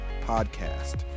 podcast